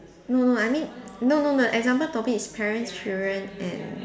no no I mean no no no example topic is parents children and